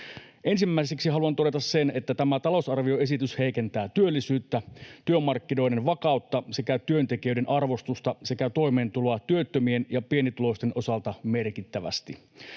Ensimmäiseksi haluan todeta sen, että tämä talousarvioesitys heikentää työllisyyttä, työmarkkinoiden vakautta ja työntekijöiden arvostusta sekä toimeentuloa työttömien ja pienituloisten osalta merkittävästi.